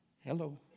Hello